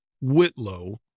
Whitlow